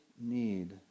need